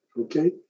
okay